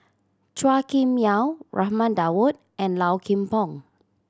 Chua Kim Yeow Raman Daud and Low Kim Pong